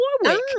Warwick